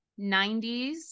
90s